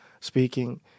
speaking